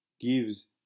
gives